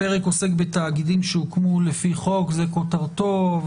הפרק עוסק בתאגידים שהוקמו לפי חוק זה כותרתו,